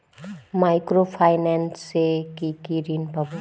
Micro finance এ কি কি ঋণ পাবো?